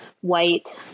white